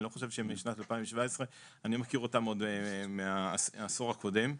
אני לא חושב שהם משנת 2017. אני מכיר אותם עוד מהעשור הקודם.